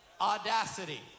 audacity